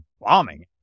bombing